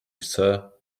sir